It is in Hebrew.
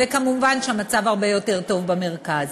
ומובן שהמצב הרבה יותר טוב במרכז.